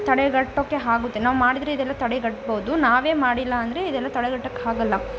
ತಡೆಗಟ್ಟೋಕ್ಕೆ ಆಗುತ್ತೆ ನಾವು ಮಾಡಿದರೆ ಇದೆಲ್ಲ ತಡೆಗಟ್ಬೌದು ನಾವೇ ಮಾಡಿಲ್ಲ ಅಂದರೆ ಇದೆಲ್ಲ ತಡೆಗಟ್ಟಕ್ಕೆ ಆಗಲ್ಲ